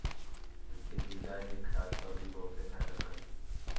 इके भीगा के खा तब इ बहुते फायदा करि